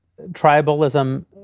Tribalism